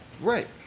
Right